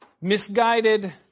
misguided